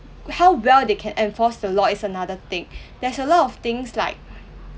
how well they can enforce the law is another thing there's a lot of things like